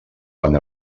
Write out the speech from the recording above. quan